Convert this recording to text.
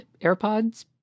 AirPods